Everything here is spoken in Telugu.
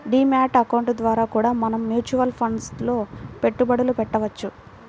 డీ మ్యాట్ అకౌంట్ ద్వారా కూడా మనం మ్యూచువల్ ఫండ్స్ లో పెట్టుబడులు పెట్టవచ్చు